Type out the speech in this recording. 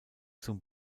zum